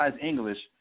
English